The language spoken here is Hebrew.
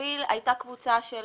ובמקביל הייתה קבוצה של